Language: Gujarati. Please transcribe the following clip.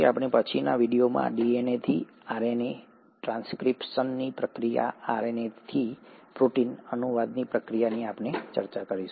તેથી આપણે પછીના વિડીયોમાં ડીએનએથી આરએનએ ટ્રાન્સક્રિપ્શનની પ્રક્રિયા આરએનએથી પ્રોટીન અનુવાદની પ્રક્રિયાની ચર્ચા કરીશું